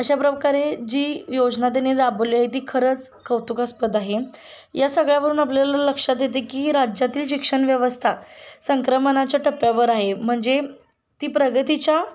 अशा प्रकारे जी योजना त्यांनी राबवली आहे ती खरंच कौतुकास्पद आहे या सगळ्यावरून आपल्याला लक्षात येते की राज्यातील शिक्षणव्यवस्था संक्रमणाच्या टप्प्यावर आहे म्हणजे ती प्रगतीच्या